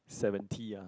seventy ah